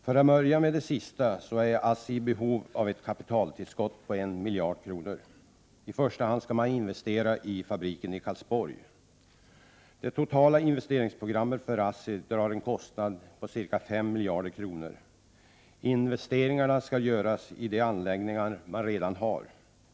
För att börja med det sistnämnda är ASSI i behov av ett kapitaltillskott om 1 miljard kronor. I första hand skall man investera i fabriker i Karlsborg. Det totala investeringsprogrammet för ASSI drar en kostnad av ca 5 miljarder kronor. Investeringarna skall göras i anläggningar som man redan har.